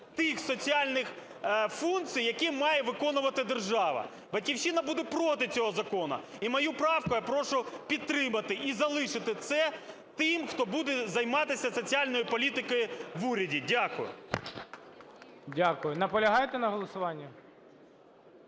тих соціальних функцій, які має виконувати держава. "Батьківщина" буде проти цього закону. І мою правку я прошу підтримати і залишити це тим, хто буде займатися соціальною політикою в уряді. Дякую. ГОЛОВУЮЧИЙ. Дякую. Наполягаєте на голосуванні?